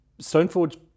Stoneforge